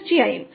തീർച്ചയായും